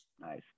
Nice